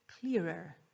clearer